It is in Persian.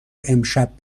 امشب